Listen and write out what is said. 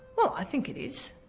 well, i think it is.